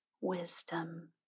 wisdom